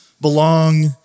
belong